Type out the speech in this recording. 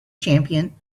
champion